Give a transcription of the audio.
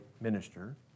minister